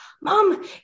Mom